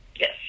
yes